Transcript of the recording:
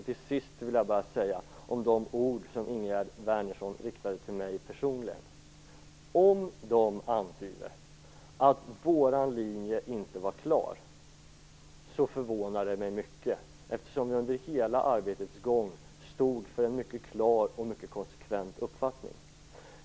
Till sist vill jag säga något om de ord som Ingegerd Wärnersson riktade till mig personligen. Om de antyder att vår linje inte var klar förvånar det mig mycket, eftersom jag under hela arbetets gång stod för en mycket klar och konsekvent uppfattning.